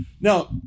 Now